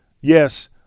Yes